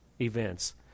events